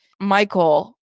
Michael